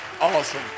Awesome